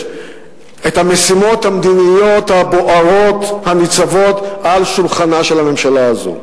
את המשימות המדיניות הבוערות הניצבות על שולחנה של הממשלה הזו.